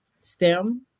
STEM